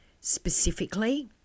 specifically